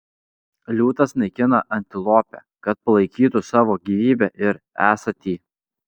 liūtas naikina antilopę kad palaikytų savo gyvybę ir esatį